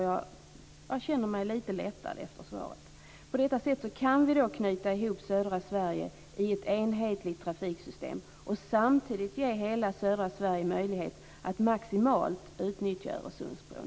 Jag känner mig lite lättad efter svaret. På detta sätt kan vi knyta ihop södra Sverige i ett enhetligt trafiksystem och samtidigt ge hela södra Sverige möjlighet att maximalt utnyttja Öresundsbron.